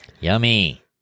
Yummy